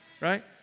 right